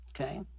Okay